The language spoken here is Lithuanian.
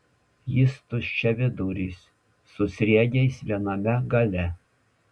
jis tuščiaviduris su sriegiais viename gale